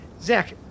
Zach